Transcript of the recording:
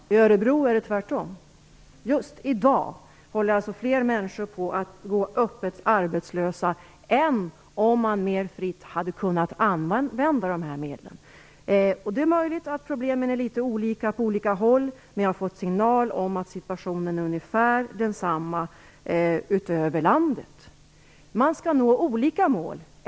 Herr talman! I Örebro är det tvärtom. Just i dag går fler människor öppet arbetslösa än vad som skulle ha varit fallet om man mer fritt hade kunnat använda dessa medel. Det är möjligt att problemen är litet olika på olika håll. Men jag har fått signaler om att situationen är ungefär densamma över hela landet. Man skall uppnå olika mål.